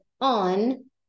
on